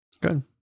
Good